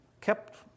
Kept